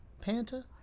Panta